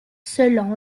selon